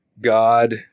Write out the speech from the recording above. God